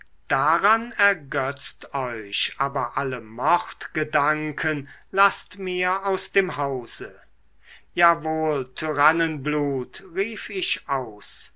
daran ergötzt euch aber alle mordgedanken laßt mir aus dem hause ja wohl tyrannenblut rief ich aus